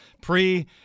pre